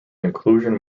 inclusion